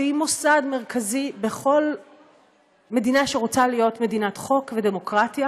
שהיא מוסד מרכזי בכל מדינה שרוצה להיות מדינת חוק ודמוקרטיה,